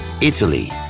Italy